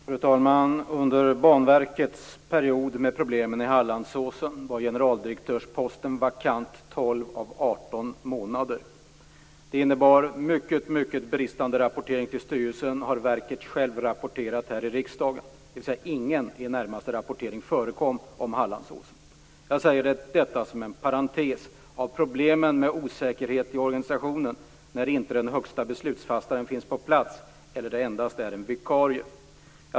Fru talman! Under perioden med problemen vid Hallandsåsen var generaldirektörsposten i Banverket vakant 12 av 18 månader. Det innebar en mycket bristande rapportering till styrelsen. Det har verket självt rapporterat här i riksdagen. Det förekom i det närmaste ingen rapportering om Hallandsåsen. Jag säger detta som en parentes. Det uppstår problem med osäkerhet i organisationen när inte den högsta beslutsfattaren finns på plats och det endast finns en vikarie.